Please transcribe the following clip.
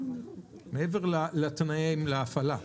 מעבר לתנאים להפעלה.